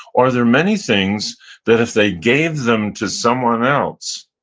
or there are many things that if they gave them to someone else,